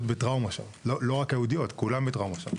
בטראומה - לא רק היהודיות כולן בטראומה,